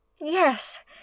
Yes